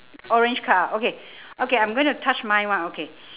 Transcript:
orange card ah okay okay I'm gonna touch my one okay